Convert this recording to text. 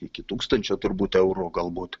iki tūkstančio turbūt eurų galbūt